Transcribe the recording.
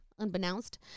unbeknownst